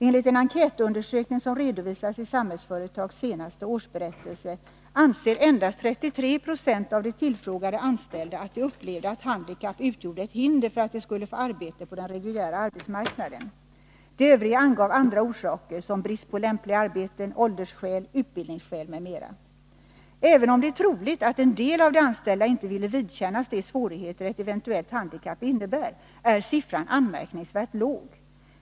Enligt en enkätundersökning som redovisas i Samhällsföretags senaste årsberättelse anser endast 33 26 av de tillfrågade anställda att de upplever att handikapp utgör ett hinder för att de skall få arbete på den reguljära arbetsmarknaden. De övriga angav andra orsaker — brist på lämpliga arbeten, åldersskäl, utbildningsskäl m.m. Även om det är troligt att en del av de anställda inte vill vidkännas de svårigheter ett eventuellt handikapp innebär, är siffran anmärkningsvärt låg.